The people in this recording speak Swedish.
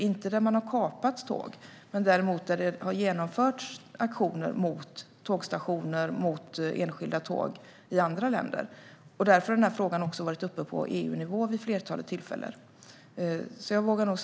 Man har inte kapat tåg, men det har däremot genomförts aktioner mot tågstationer och mot enskilda tåg i andra länder. Därför har denna fråga också varit uppe på EU-nivå vid ett flertal tillfällen.